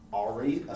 already